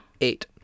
Eight